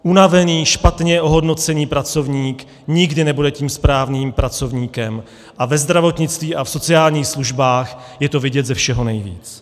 Unavený, špatně ohodnocený pracovník nikdy nebude tím správným pracovníkem a ve zdravotnictví a v sociálních službách je to vidět ze všeho nejvíce.